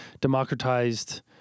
democratized